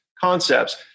concepts